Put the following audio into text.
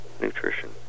nutrition